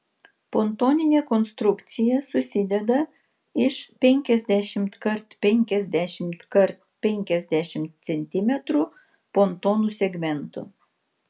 pontoninė konstrukcija susideda iš penkiasdešimt kart penkiasdešimt kart penkiasdešimt centimetrų pontonų segmentų